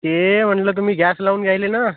ते म्हणलं तुम्ही गॅस लावून घ्यायले ना